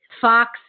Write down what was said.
Fox